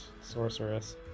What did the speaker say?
sorceress